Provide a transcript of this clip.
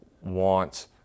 want